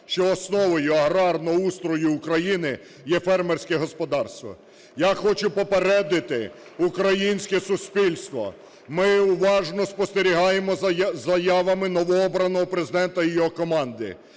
що основою аграрного устрою України є фермерське господарство. Я хочу попередити українське суспільство, ми уважно спостерігаємо за заявами новообраного Президента і його команди,